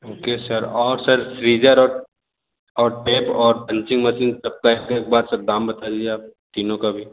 okay sir और sir scissor और और टेप और पंचिंग मशीन सब पैक के एक बार दाम बताइए आप तीनों का अभी